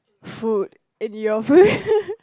food in your